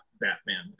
Batman